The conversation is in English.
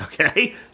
Okay